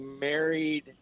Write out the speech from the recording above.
married